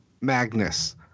Magnus